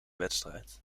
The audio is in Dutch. wedstrijd